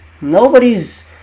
Nobody's